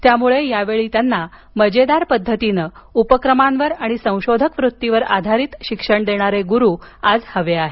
त्यामुळे यावेळी त्यांना मजेदार पद्धतीनं उपक्रमांवर आणि संशोधक वृत्तीवर आधारित शिक्षण देणारे गुरु आज हवे आहेत